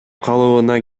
калыбына